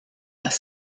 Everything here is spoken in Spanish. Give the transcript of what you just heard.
las